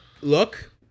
Look